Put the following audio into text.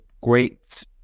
great